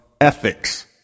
ethics